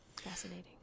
Fascinating